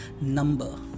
number